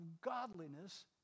godliness